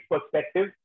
perspective